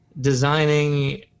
designing